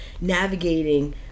navigating